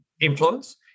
influence